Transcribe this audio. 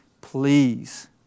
please